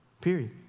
Period